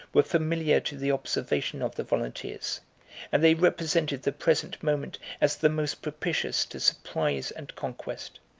were familiar to the observation of the volunteers and they represented the present moment as the most propitious to surprise and conquest.